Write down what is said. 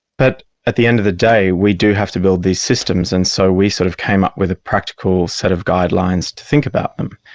but at the end of the day we do have to build these systems, and so we sort of came up with a practical set of guidelines to think about them.